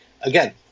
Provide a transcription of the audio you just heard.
again